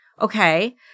Okay